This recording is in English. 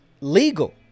legal